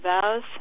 vows